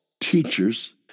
teachers